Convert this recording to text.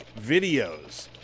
videos